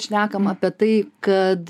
šnekam apie tai kad